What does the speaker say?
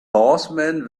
horsemen